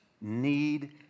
need